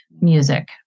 music